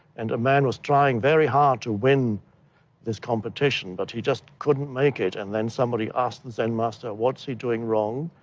and a man was trying very hard to win this competition but he just couldn't make it. and then somebody asked the zen master, what's he doing wrong?